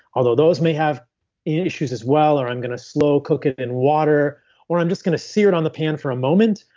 although those may have issues as well. i'm going to slow cook it in water or i'm just going to sear it on the pan for a moment.